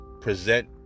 present